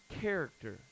character